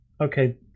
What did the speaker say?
okay